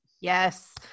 Yes